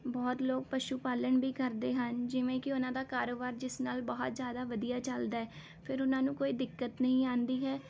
ਬਹੁਤ ਲੋਕ ਪਸ਼ੂ ਪਾਲਣ ਵੀ ਕਰਦੇ ਹਨ ਜਿਵੇਂ ਕਿ ਉਹਨਾਂ ਦਾ ਕਾਰੋਬਾਰ ਜਿਸ ਨਾਲ ਬਹੁਤ ਜ਼ਿਆਦਾ ਵਧੀਆ ਚੱਲਦਾ ਹੈ ਫਿਰ ਉਹਨਾਂ ਨੂੰ ਕੋਈ ਦਿੱਕਤ ਨਹੀਂ ਆਉਂਦੀ ਹੈ